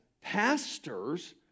pastors